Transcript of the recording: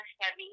heavy